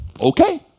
okay